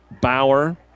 Bauer